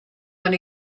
one